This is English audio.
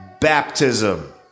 baptism